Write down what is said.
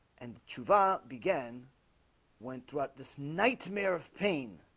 and chuva began went throughout this nightmare of pain